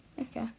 Okay